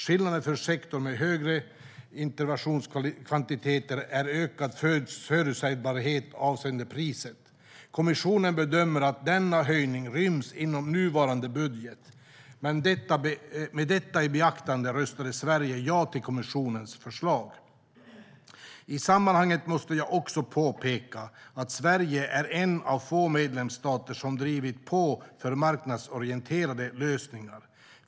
Skillnaden för sektorn med högre interventionskvantiteter är ökad förutsägbarhet avseende priset. Kommissionen bedömer att denna höjning ryms inom nuvarande budget. Med detta i beaktande röstade Sverige ja till kommissionens förslag. I sammanhanget måste jag också påpeka att Sverige är en av få medlemsstater som drivit på för marknadsorienterade lösningar.